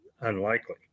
unlikely